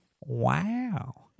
Wow